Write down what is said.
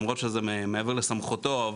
למרות שזה מעבר לסמכותו,